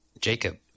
Jacob